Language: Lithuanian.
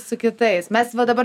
su kitais mes va dabar